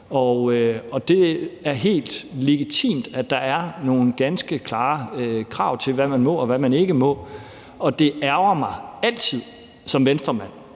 og det er helt legitimt, at der er nogle ganske klare krav til, hvad man må, og hvad man ikke må. Det ærgrer mig altid som Venstremand,